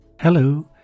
Hello